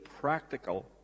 practical